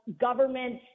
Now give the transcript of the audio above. government